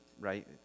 right